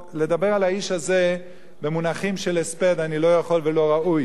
לדבר על האיש הזה במונחים של הספד אני לא יכול ולא ראוי,